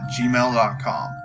gmail.com